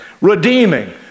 redeeming